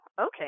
okay